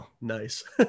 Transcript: Nice